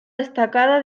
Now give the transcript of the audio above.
destacada